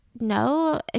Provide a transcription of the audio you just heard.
no